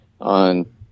on